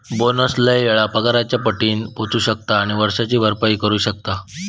bonus लय वेळा पगाराच्या अनेक पटीत पोचू शकता आणि वर्षाची भरपाई करू शकता